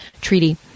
treaty